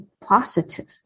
positive